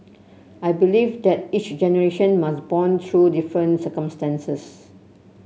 I believe that each generation must bond through different circumstances